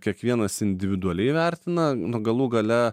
kiekvienas individualiai vertina nu galų gale